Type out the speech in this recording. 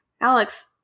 Alex